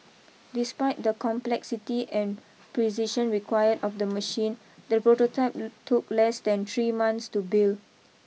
despite the complexity and precision required of the machine the prototype took less than three months to build